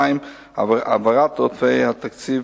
2. העברת עודפי התקציב,